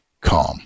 calm